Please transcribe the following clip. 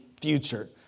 future